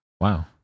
Wow